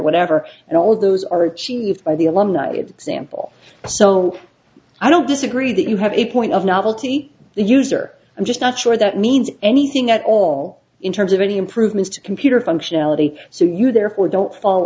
whatever and all of those are achieved by the alumni example so i don't disagree that you have a point of novelty the user i'm just not sure that means anything at all in terms of any improvements to computer functionality so you therefore don't fall